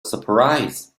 surprise